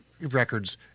records